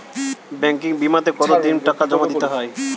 Banking বিমাতে কত দিন টাকা জমা দিতে হয়?